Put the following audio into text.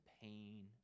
pain